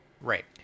Right